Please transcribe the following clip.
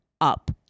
up